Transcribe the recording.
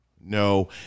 no